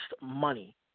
money